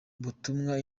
butumwa